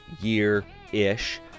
year-ish